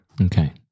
Okay